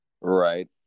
Right